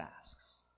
asks